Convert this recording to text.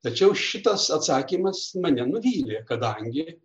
tačiau šitas atsakymas mane nuvylė kadangi